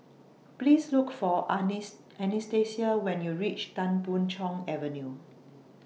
Please Look For Anastasia when YOU REACH Tan Boon Chong Avenue